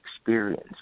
experience